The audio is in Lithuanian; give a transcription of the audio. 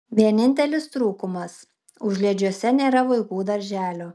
vienintelis trūkumas užliedžiuose nėra vaikų darželio